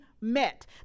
met